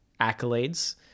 accolades